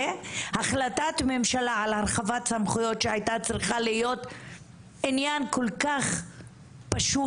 החלטת ממשלה על הרחבת סמכויות שהייתה צריכה להיות עניין כל כך פשוט,